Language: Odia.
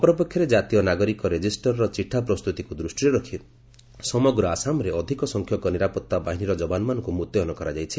ଅପରପକ୍ଷରେ ଜାତୀୟ ନାଗରିକ ରେଜିଷ୍ଟରର ଚିଠା ପ୍ରସ୍ତୁତିକୁ ଦୃଷ୍ଟିରେ ରଖି ସମଗ୍ର ଆସାମରେ ଅଧିକ ସଂଖ୍ୟକ ନିରାପତ୍ତା ବାହିନୀର ଯବାନମାନଙ୍କୁ ମୁତ୍ୟନ କରାଯାଇଛି